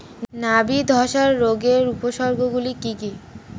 নাবি ধসা রোগের উপসর্গগুলি কি কি?